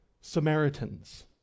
Samaritans